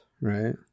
right